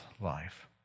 life